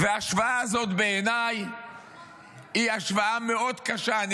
וההשוואה הזאת היא השוואה מאוד קשה, בעיניי.